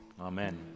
Amen